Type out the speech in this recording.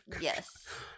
Yes